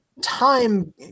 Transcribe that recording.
Time